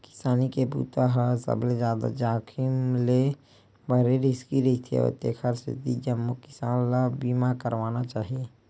किसानी के बूता ह सबले जादा जाखिम ले भरे रिस्की रईथे तेखर सेती जम्मो किसान ल बीमा करवाना चाही